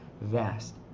Vast